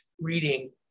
reading